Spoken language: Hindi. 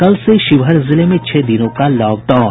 कल से शिवहर जिले में छह दिनों का लॉकडाउन